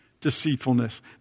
deceitfulness